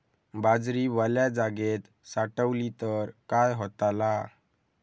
बाजरी वल्या जागेत साठवली तर काय होताला?